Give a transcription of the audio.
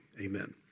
Amen